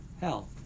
hell